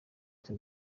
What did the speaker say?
cya